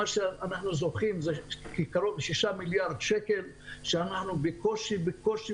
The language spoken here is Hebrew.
אנחנו זוכים בשטח בקושי בקושי,